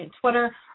Twitter